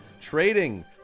trading